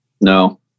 No